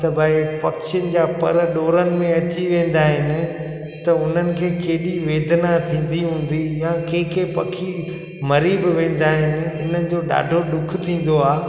त भाई पक्षियुनि जा पर ॾोरनि में अची वेंदा आहिनि त उन्हनि खे केॾी वेदना थींदी हूंदी या के के पखी मरी बि वेंदा आहिनि इन्हनि जो ॾाढो ॾुखु थींदो आहे